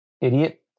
idiot